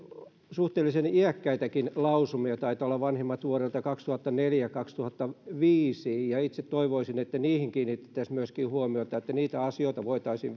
suhteellisen iäkkäitäkin lausumia taitavat olla vanhimmat vuodelta kaksituhattaneljä viiva kaksituhattaviisi ja itse toivoisin että niihin kiinnitettäisiin myöskin huomiota ja että niitä asioita voitaisiin